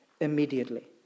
immediately